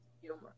humor